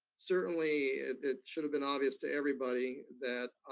certainly it should've been obvious to everybody that